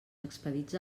expedits